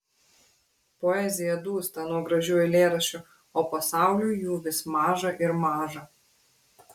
poezija dūsta nuo gražių eilėraščių o pasauliui jų vis maža ir maža